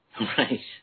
Right